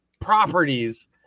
properties